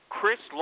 Chris